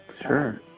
Sure